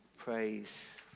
Praise